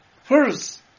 First